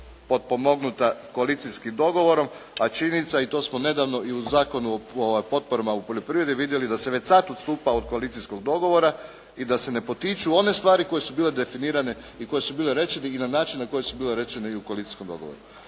potpomognuta koalicijskim dogovorom. A činjenica je i to smo nedavno i u Zakonu o potporama u poljoprivredi vidjeli da se već sad odstupa od koalicijskog dogovora i da se ne potiču one stvari koje su bile definirane i koje su bile rečene na način na koji su bile rečene i u koalicijskom dogovoru.